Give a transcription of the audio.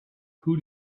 who